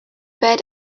bed